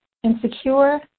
Insecure